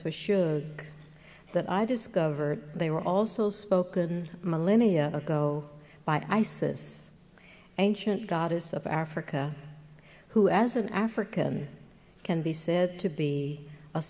for shows that i discovered they were also spoken millennia ago by isis ancient goddess of africa who as an african can be said to be a